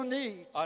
need